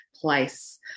place